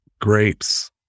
grapes